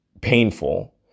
painful